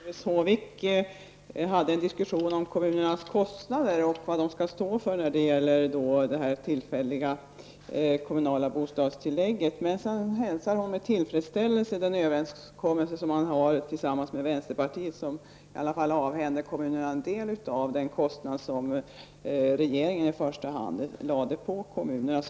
Herr talman! Doris Håvik förde en diskussion om kommunernas kostnader och vad kommunerna skall stå för när det gäller det tillfälliga kommunala bostadstillägget. Men sedan hälsar hon med tillfredsställelse den överenskommelse man har med vänsterpartiet och som innebär att man avhänder kommunerna en del av den kostnad som regeringen i första hand lade på kommunerna.